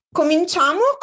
Cominciamo